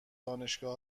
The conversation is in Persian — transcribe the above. دانشگاه